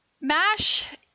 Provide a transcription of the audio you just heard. Mash